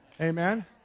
amen